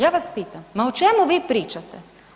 Ja vas pitam ma o čemu vi pričate?